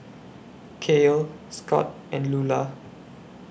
Cael Scott and Lula